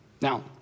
Now